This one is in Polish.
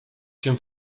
się